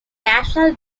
national